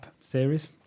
series